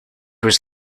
was